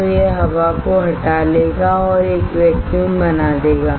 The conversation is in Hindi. तो यह हवा को हटा लेगा और एक वैक्यूम बना देगा